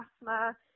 asthma